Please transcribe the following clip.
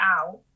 out